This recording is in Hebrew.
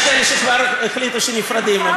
יש כאלה שכבר החליטו שנפרדים,